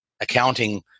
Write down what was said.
accounting